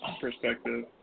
perspective